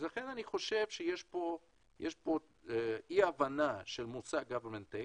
לכן אני חושב שיש פה אי הבנה של המושג government take.